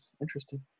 Interesting